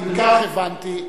אם כך, הבנתי.